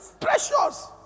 Precious